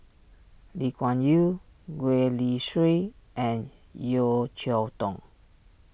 Lee Kuan Yew Gwee Li Sui and Yeo Cheow Tong